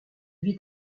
vit